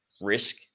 risk